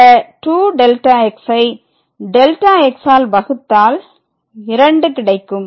இந்த 2Δx ஐ Δx ஆல் வகுத்தால் 2 கிடைக்கும்